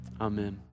Amen